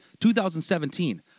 2017